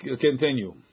continue